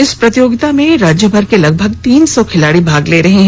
इस प्रतियोगिता में राज्यभर के लगभग तीन सौ खिलाड़ी भाग ले रहे हैं